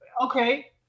okay